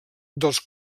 dels